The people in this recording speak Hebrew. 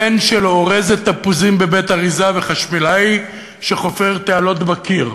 בן של אורזת תפוזים בבית-אריזה וחשמלאי שחופר תעלות בקיר.